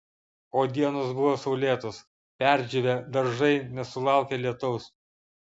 o dienos buvo saulėtos perdžiūvę daržai nesulaukė lietaus